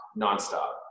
nonstop